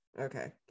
okay